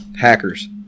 Hackers